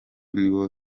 nibo